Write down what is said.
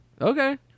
Okay